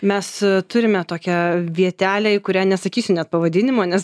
mes turime tokią vietelę į kurią nesakysiu net pavadinimo nes